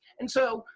and so,